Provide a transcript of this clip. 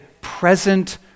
present